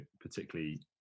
particularly